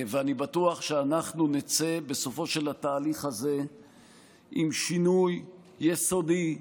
ואני בטוח שאנחנו נצא בסופו של התהליך הזה עם שינוי יסודי,